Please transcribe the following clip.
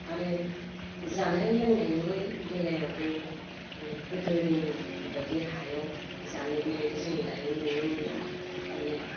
आरो जानाय लोंनायनि बेलायावबो माने गोदोनि बायदि हायाव जानाय बिबायदि जों दायो नुनो मोनला माने